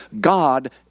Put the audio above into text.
God